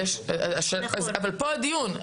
אבל פה הדיון,